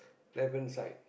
left hand side